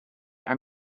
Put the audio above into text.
are